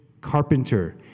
carpenter